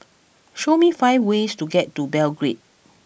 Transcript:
show me five ways to get to Belgrade